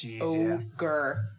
Ogre